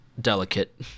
delicate